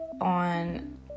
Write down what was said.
on